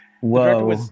whoa